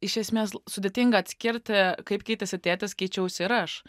iš esmės l sudėtinga atskirti kaip keitėsi tėtis keičiausi ir aš